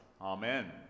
Amen